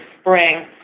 spring